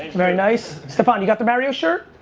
very nice. staphon, you got the mario shirt?